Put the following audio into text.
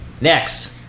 Next